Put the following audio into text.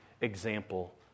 example